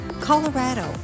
Colorado